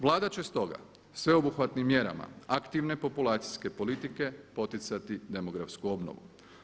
Vlada će stoga sveobuhvatnim mjerama aktivne populacijske politike poticati demografsku obnovu.